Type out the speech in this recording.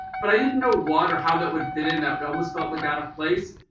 but i didn't know what or how that would fit in. that but almost felt like out of place.